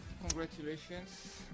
Congratulations